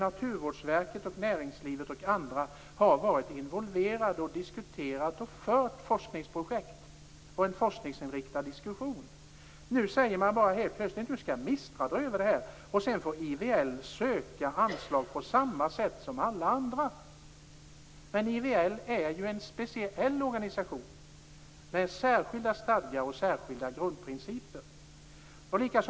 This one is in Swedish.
Naturvårdsverket, näringslivet och andra har varit involverade, diskuterat och fört forskningsprojekt och en forskningsinriktad diskussion. Nu sägs plötsligt att MISTRA skall ta över detta och att IVL får söka anslag på samma sätt som alla andra. Men IVL är ju en speciell organisation med särskilda stadgar och särskilda grundprinciper.